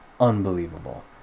unbelievable